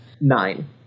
Nine